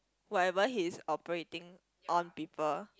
whatever he's operating on people